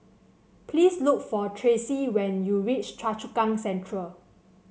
please look for Tracie when you reach Choa Chu Kang Central